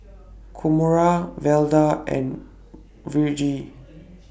Kamora Velda and Virge